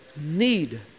need